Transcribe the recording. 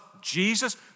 Jesus